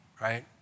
right